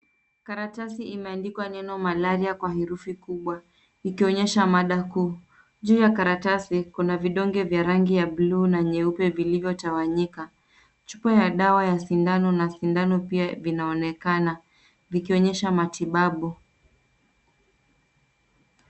Karatasi imeandikwa neno malaria kwa herufi kubwa ikionyesha mada kuu. Juu ya karatasi kuna vindonge vya rangi ya bluu na nyeupe vilivyo tawanyika. Chupa ya dawa ya sindano na sindano pia vinaonekana vikionyesha matibabu.